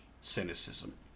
cynicism